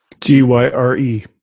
G-Y-R-E